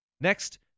Next